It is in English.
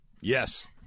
Yes